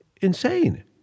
insane